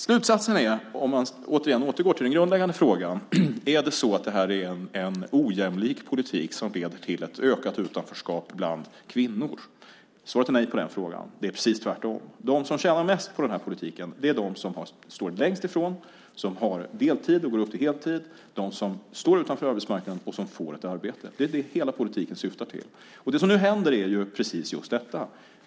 Jag kan återgå till den grundläggande frågan: Är detta en politik som leder till ett ökat utanförskap bland kvinnor? Svaret på den frågan är nej. Det är precis tvärtom. De som tjänar mest på politiken är de som står längst ifrån, de som har deltid och går upp till heltid, och de som står utanför arbetsmarknaden och får ett arbete. Det är vad hela politiken syftar till. Det som nu händer är precis just detta.